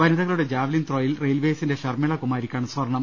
വനിതകളുടെ ജാവ്ലിൻ ത്രോയിൽ റെയിൽവേസിന്റെ ഷർമിള കുമാരിക്കാണ് സ്വർണം